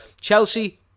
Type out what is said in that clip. Chelsea